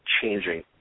changing